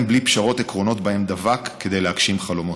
בלי פשרות עקרונות שבהם דבק כדי להגשים חלומות.